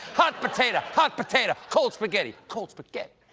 hot potato, hot potato cold spaghetti, cold spaghetti